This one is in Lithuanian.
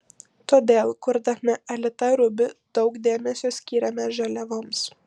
todėl kurdami alita ruby daug dėmesio skyrėme žaliavoms